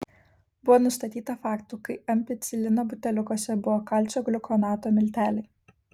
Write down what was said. buvo nustatyta faktų kai ampicilino buteliukuose buvo kalcio gliukonato milteliai